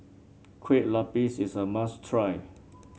Kueh Lupis is a must try